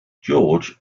george